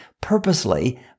Purposely